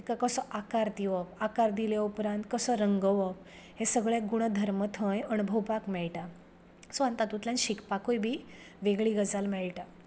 तेका कसो आकार दिवप आकार दिले उपरांत कसो रंगवप हे सगळें गूण धर्म थंय अणभोवपाक मेयटा सो हांव तातूंतल्यान शिकपाकूय बी वेगळी गजाल मेळटां